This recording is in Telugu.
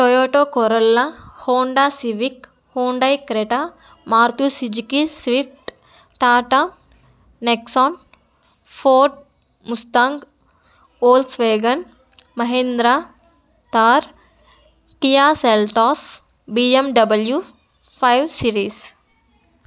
Toyota Corolla Honda Civic Hyundai Creta Maruti Suzuki Swift Tata Nexon Ford Mustang Volkswagen Mahindra Thar Kia Seltos BMW five series